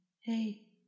Hey